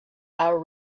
our